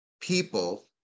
people